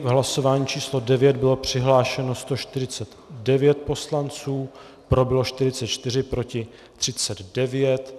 V hlasování číslo 9 bylo přihlášeno 149 poslanců, pro bylo 44, proti 39.